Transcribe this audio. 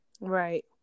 Right